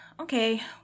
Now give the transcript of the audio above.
okay